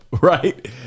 Right